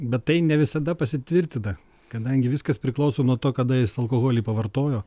bet tai ne visada pasitvirtina kadangi viskas priklauso nuo to kada jis alkoholį pavartojo